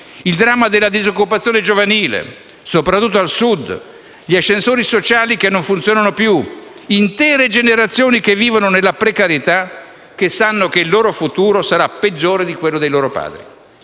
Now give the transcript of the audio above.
Il dramma della disoccupazione giovanile, soprattutto al Sud, gli ascensori sociali che non funzionano più, intere generazioni che vivono nella precarietà, che sanno che il loro futuro sarà peggiore di quello dei loro padri.